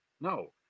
no